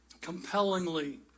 compellingly